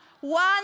One